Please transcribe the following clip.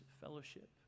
fellowship